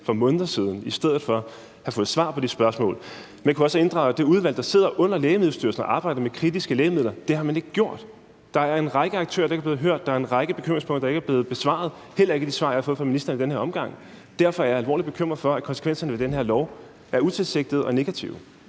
for måneder siden i stedet for og have fået svar på de spørgsmål. Man kunne også have inddraget det udvalg, der sidder under Lægemiddelstyrelsen og arbejder med kritiske lægemidler. Det har man ikke gjort. Der er en række aktører, der ikke er blevet hørt, og der er en række bekymringspunkter, der ikke er blevet besvaret, heller ikke i de svar, jeg har fået fra ministeren i den her omgang. Derfor er jeg alvorligt bekymret for, at konsekvenserne af den her lov er utilsigtede og negative.